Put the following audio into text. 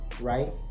right